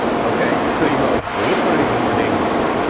ok, so you go which one of these is more dangerous?